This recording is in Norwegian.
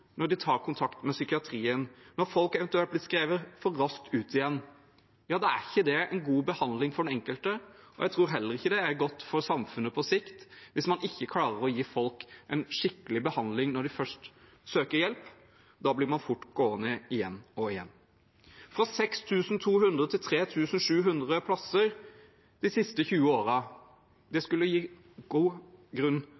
når de tar kontakt med psykiatrien, og når folk eventuelt blir skrevet for raskt ut igjen, er ikke det en god behandling for den enkelte, og jeg tror heller ikke det er godt for samfunnet på sikt hvis man ikke klarer å gi folk en skikkelig behandling når de først søker hjelp. Da blir man fort gående igjen og igjen. Fra 6 200 til 3 700 plasser de siste 20 årene – det